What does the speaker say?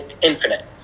infinite